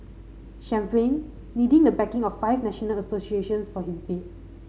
champagne needing the backing of five national associations for his bid